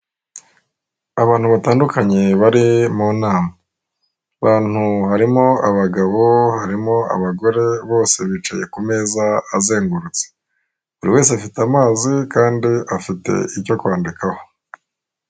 Abantu batandukanye bari mu nama, abantu harimo abagabo harimo abagore bose bicaye ku meza azengurutse, buri wese afite amazi kandi afite icyo kwandikaho.